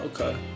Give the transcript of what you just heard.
okay